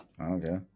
Okay